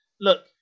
look